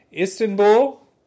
Istanbul